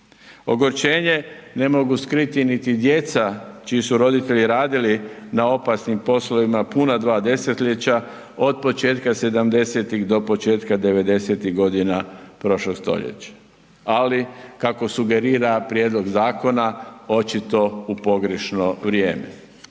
Ogorčenje ne mogu skriti niti djeca čiji su roditelji radili na opasnim poslovima puna dva desetljeća od početka '70. do početka '90. godina prošlog stoljeća, ali kako sugerira prijedlog zakona očito u pogrešno vrijeme.